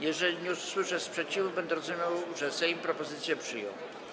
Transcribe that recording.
Jeżeli nie usłyszę sprzeciwu, będę rozumiał, że Sejm propozycje przyjął.